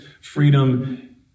freedom